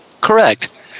Correct